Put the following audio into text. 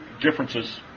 differences